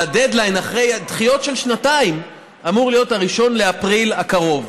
והדדליין אחרי דחיות של שנתיים אמור להיות 1 באפריל הקרוב,